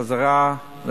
חזרה,